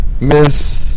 Miss